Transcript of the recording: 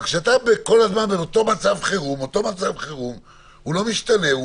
אבל כשאתה כל הזמן באותו מצב חירום ומצב החירום לא משתנה,